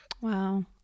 Wow